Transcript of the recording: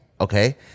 Okay